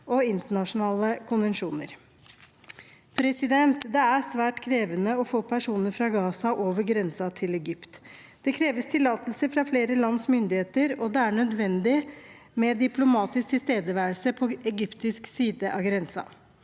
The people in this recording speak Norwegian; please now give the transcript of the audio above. og internasjonale konvensjoner. Det er svært krevende å få personer fra Gaza over grensen til Egypt. Det kreves tillatelse fra flere lands myndigheter, og det er nødvendig med diplomatisk tilstedeværelse på egyptisk side av grensen.